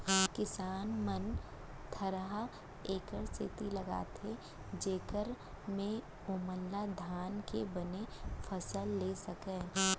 किसान मन थरहा एकर सेती लगाथें जेकर ले ओमन धान के बने फसल लेय सकयँ